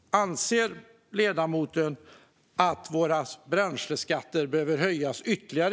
Anser ledamoten att bränsleskatterna i Sverige behöver höjas ytterligare?